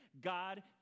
God